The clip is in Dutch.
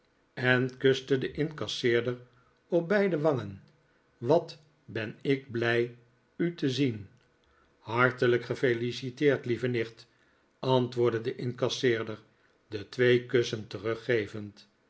en kuste den incasseerder op beide wangen wat ben ik blij u te zien hartelijk gefeliciteerd lieve nicht antwoordde de incasseerder de twee kussen teruggevend